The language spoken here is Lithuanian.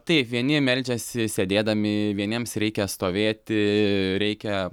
taip vieni meldžiasi sėdėdami vieniems reikia stovėti reikia